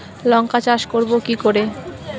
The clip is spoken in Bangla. লঙ্কা চাষ করব কি করে?